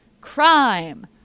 Crime